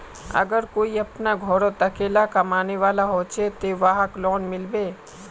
अगर कोई अपना घोरोत अकेला कमाने वाला होचे ते वहाक लोन मिलबे?